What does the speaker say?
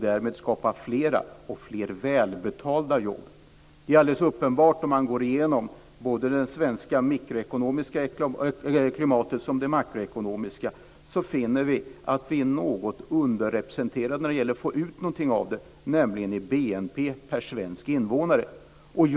Därmed skapas fler - och fler välbetalda - jobb. Om man går igenom det svenska mikroekonomiska och makroekonomiska klimatet finner man att vi är något underrepresenterade när det gäller att få ut någonting av detta i BNP per svensk invånare. Det är alldeles uppenbart.